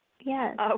Yes